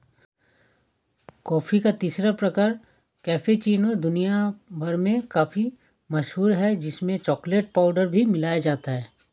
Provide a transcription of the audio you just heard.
coffee का तीसरा प्रकार कैपेचीनो दुनिया भर में काफी मशहूर है जिसमें चॉकलेट पाउडर भी मिलाया जाता है